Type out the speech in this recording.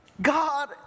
God